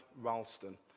Ralston